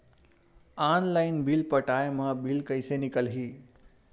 Online bill पटाय मा bill कइसे निकलही?